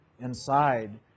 inside